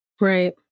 Right